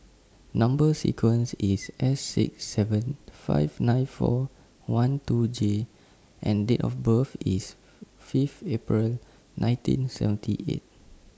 Number sequence IS S six seven five nine four one two J and Date of birth IS Fifth April nineteen seventy eight